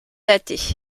datée